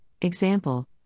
example